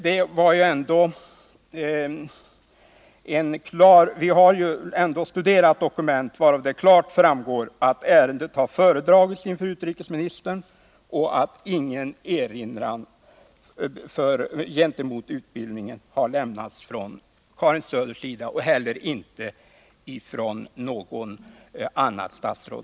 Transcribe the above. Vi har ju ändå studerat dokument varav klart framgår att ärendet har föredragits inför utrikesministern och att någon erinran mot utbildningen inte har gjorts av Karin Söder och inte heller av något annat statsråd.